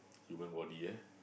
human body ah